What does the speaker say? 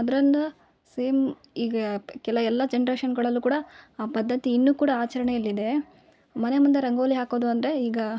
ಅದ್ರಿಂದ ಸೇಮ್ ಈಗ ಕೆಲ ಎಲ್ಲ ಜನ್ರೇಶನ್ಗಳಲ್ಲೂ ಕೂಡ ಆ ಪದ್ಧತಿ ಇನ್ನು ಕೂಡ ಆಚರಣೆಯಲ್ಲಿದೆ ಮನೆ ಮುಂದೆ ರಂಗೋಲಿ ಹಾಕೋದು ಅಂದರೆ ಈಗ